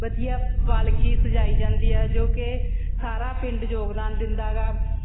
ਵਧੀਆ ਪਾਲਕੀ ਸਜਾਈ ਜਾਂਦੀ ਆ ਜੋ ਕਿ ਸਾਰਾ ਪਿੰਡ ਯੋਗਦਾਨ ਦਿੰਦਾ ਗਾ